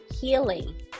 healing